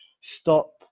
stop